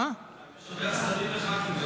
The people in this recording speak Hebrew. אתה משבח שרים וח"כים ביממה